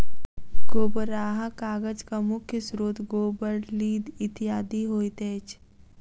गोबराहा कागजक मुख्य स्रोत गोबर, लीद इत्यादि होइत अछि